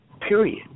period